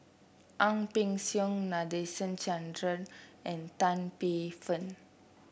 Ang Peng Siong Nadasen Chandra and Tan Paey Fern